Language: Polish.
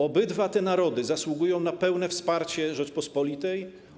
Obydwa te narody zasługują na pełne wsparcie Rzeczypospolitej.